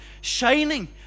shining